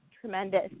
tremendous